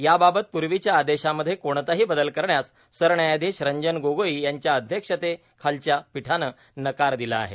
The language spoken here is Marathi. याबाबत पूर्वीच्या आदेशामध्ये कोणताही बदल करण्यास सरन्यायाधीश रंजन गोगोई यांच्या अध्यक्षतेखालच्या पीठानं नकार दिला आहे